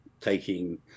taking